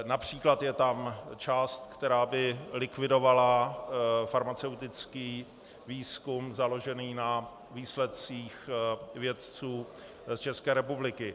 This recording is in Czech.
Například je tam část, která by likvidovala farmaceutický výzkum založený na výsledcích vědců z České republiky.